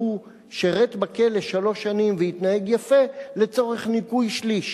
שירת בכלא שלוש שנים והתנהג יפה לצורך ניכוי שליש.